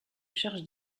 charge